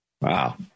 Wow